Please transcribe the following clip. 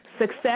Success